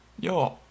yo